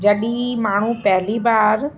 जॾहिं माण्हू पहिली बार